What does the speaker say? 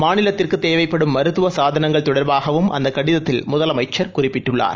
மாநிலத்திற்கு தேவைப்படும் மருத்துவ சாதனங்கள் தொடர்பாகவும் அந்தக் கடிதத்தில் முதலமைச்சர் குறிப்பிட்டுள்ளார்